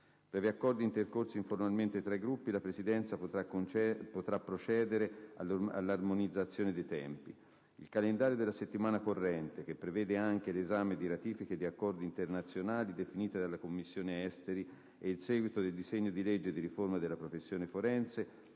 Previ accordi intercorsi informalmente tra i Gruppi, la Presidenza potra procedere all’armonizzazione dei tempi. Il calendario della settimana corrente, che prevede anche l’esame di ratifiche di accordi internazionali definite dalla Commissione affari esteri e il seguito del disegno di legge di riforma della professione forense,